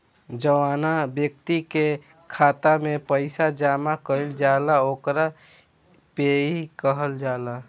जौवना ब्यक्ति के खाता में पईसा जमा कईल जाला ओकरा पेयी कहल जाला